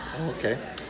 Okay